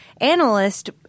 analyst